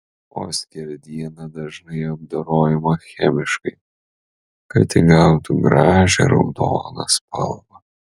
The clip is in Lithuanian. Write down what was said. o skerdiena dažnai apdorojama chemiškai kad įgautų gražią raudoną spalvą